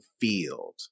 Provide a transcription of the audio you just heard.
field